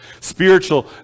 Spiritual